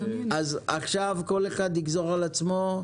עכשיו כל אחד יגזור על עצמו.